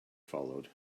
followed